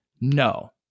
No